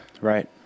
right